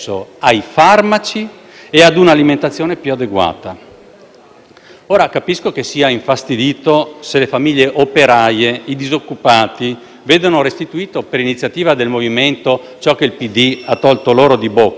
Capisco che sia infastidito se le famiglie operaie e i disoccupati vedono restituito, per iniziativa del Movimento, ciò che il PD ha tolto loro di bocca, facendo pagare ai più poveri la crisi e non alle banche.